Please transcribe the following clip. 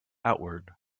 outward